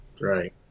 Right